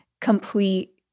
complete